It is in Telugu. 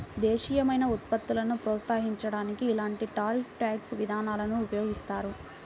దేశీయమైన ఉత్పత్తులను ప్రోత్సహించడానికి ఇలాంటి టారిఫ్ ట్యాక్స్ విధానాలను ఉపయోగిస్తారు